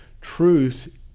Truth